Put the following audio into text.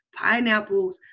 Pineapples